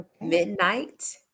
midnight